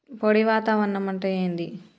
పొడి వాతావరణం అంటే ఏంది?